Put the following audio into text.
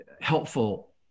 helpful